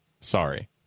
Sorry